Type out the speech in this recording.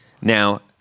Now